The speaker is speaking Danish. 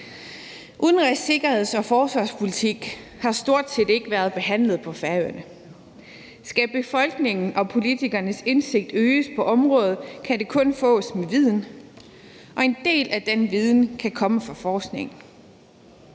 Udenrigs-, sikkerheds- og forsvarspolitik har stort set ikke været behandlet på Færøerne. Skal befolkningen og politikernes indsigt øges på området, kan det kun fås med viden, og en del af den viden kan komme fra forskningen.